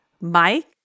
Mike